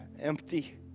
empty